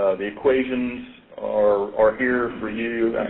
the equations are are here for you.